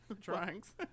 drawings